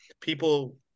people